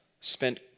spent